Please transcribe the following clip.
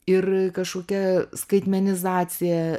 ir kažkokia skaitmenizacija